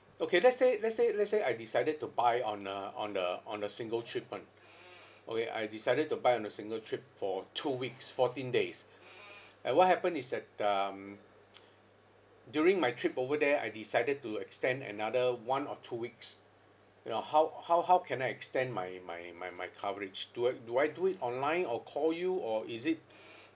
okay let's say let's say let's say I decided to buy on a on a on a single trip [one] okay I decided to buy on a single trip for two weeks fourteen days and what happen is that um during my trip over there I decided to extend another one or two weeks you know how how how can I extend my my my my coverage do I do I do it online or call you or is it